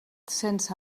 sense